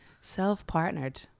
Self-partnered